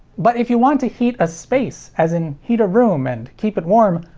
but if you want to heat a space, as in heat a room and keep it warm,